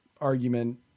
argument